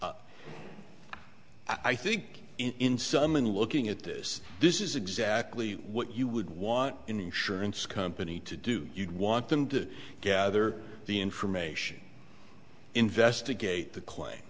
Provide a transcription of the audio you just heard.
i think in some in looking at this this is exactly what you would want an insurance company to do you'd want them to gather the information investigate the cla